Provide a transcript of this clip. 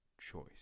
choice